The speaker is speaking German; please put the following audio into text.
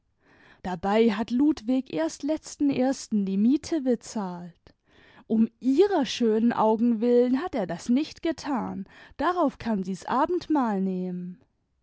dabei hat ludwig erst letzten ersten die miete bezahlt um ihrer schönen augen willen hat er das nicht getan darauf kann sie's abendmahl nehmen